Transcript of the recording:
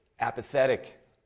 apathetic